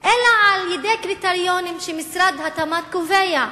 אלא על-ידי קריטריונים שמשרד התמ"ת קובע,